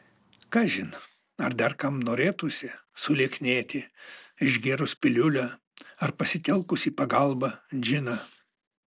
kažin ar dar kam norėtųsi sulieknėti išgėrus piliulę ar pasitelkus į pagalbą džiną